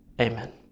Amen